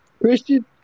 Christian